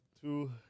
two